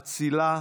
אצילה,